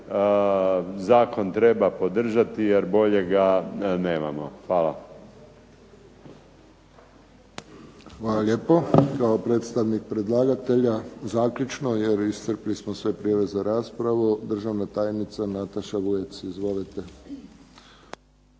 zakon treba podržati jer boljega nemamo. Hvala. **Friščić, Josip (HSS)** Hvala lijepo. Kao predstavnik predlagatelja zaključno jer iscrpili smo sve prijave za raspravu državna tajnica Nataša Vujec. Izvolite.